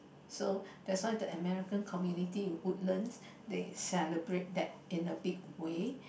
so that's why the American community in Woodlands they celebrate that in a big way